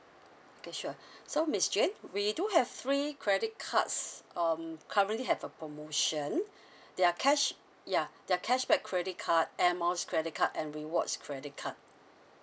okay sure so miss jane we do have three credit cards um currently have a promotion there're cash yeah there're cashback credit card airmiles credit card and rewards credit card